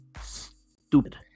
stupid